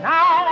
Now